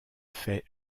fait